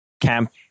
Camp